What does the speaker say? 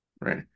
right